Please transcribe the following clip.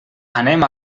anem